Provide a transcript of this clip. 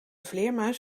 vleermuis